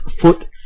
foot